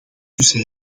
tussen